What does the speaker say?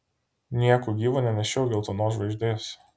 nieku gyvu nenešiok geltonos žvaigždės